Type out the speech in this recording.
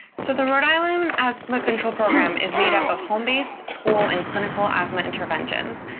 so the rhode island asthma control program is made up of home-based school and clinical asthma interventions.